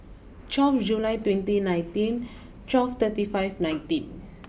twelve July twenty nineteen twelve thirty five nineteen